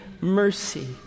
mercy